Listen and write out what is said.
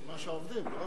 סימן שעובדים, לא?